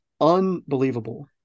unbelievable